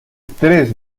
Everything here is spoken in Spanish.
tres